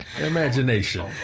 Imagination